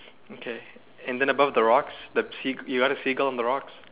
okay and then above the rocks the sea you got a seagull on the rocks